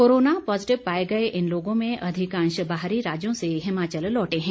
corona positive पाए गए इन लोगों में अधिकांश बाहरी राज्यों से हिमाचल लौटे हैं